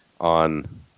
on